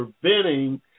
preventing